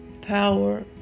power